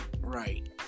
Right